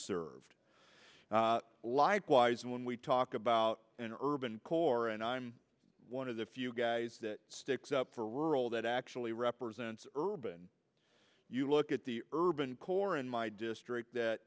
unserved life wise and when we talk about an urban core and i'm one of the few guys that sticks up for rural that actually represents urban you look at the urban core in my district that